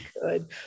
good